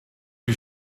you